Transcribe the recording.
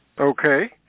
Okay